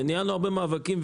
וניהלנו הרבה מאבקים.